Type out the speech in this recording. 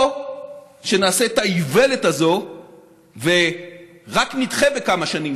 או שנעשה את האיוולת הזאת ורק נדחה בכמה שנים,